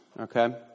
Okay